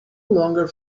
longer